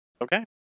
Okay